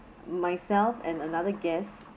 myself and another guest